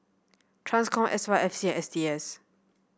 Transcom S Y F C and S T S